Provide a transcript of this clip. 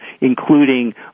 including